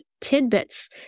tidbits